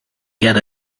get